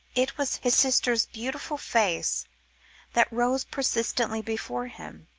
it was his sister's beautiful face that rose persistently before him,